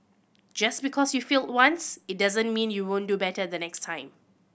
just because you failed once it doesn't mean you won't do better the next time